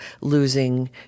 losing